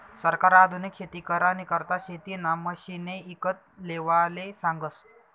सरकार आधुनिक शेती करानी करता शेतीना मशिने ईकत लेवाले सांगस